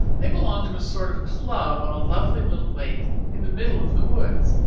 they belong to a sort of club on a lovely little lake in the middle of the woods.